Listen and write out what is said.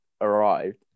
arrived